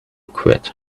quit